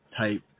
type